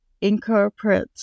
incorporate